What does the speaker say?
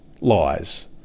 lies